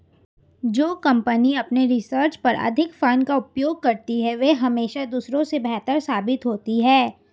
जो कंपनी अपने रिसर्च पर अधिक फंड का उपयोग करती है वह हमेशा दूसरों से बेहतर साबित होती है